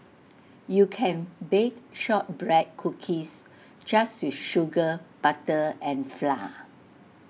you can bake Shortbread Cookies just with sugar butter and flour